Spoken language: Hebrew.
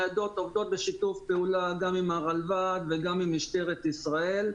הניידות עובדות בשיתוף פעולה גם עם הרלב"ד וגם עם משטרת ישראל.